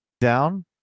down